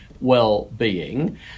well-being